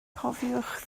cofiwch